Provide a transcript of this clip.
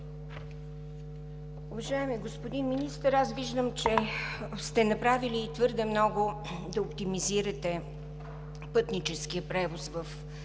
Уважаеми господин Министър, виждам, че сте направили твърде много, за да оптимизирате пътническия превоз в Централна